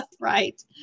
Right